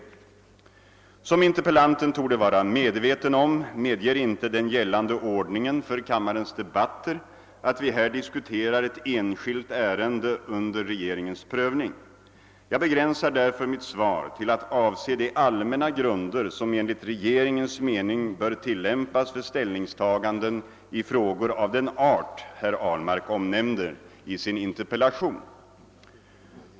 Som interpellanten torde vara medveten om medger inte den gällande ordningen för kammarens debatter att vi här diskuterar ett enskilt ärende under regeringens prövning. Jag begränsar därför mitt svar till att avse de allmänna grunder som enligt regeringens mening bör tillämpas vid ställningstaganden i frågor av den art herr Ahlmark omnämner i sin interpellation.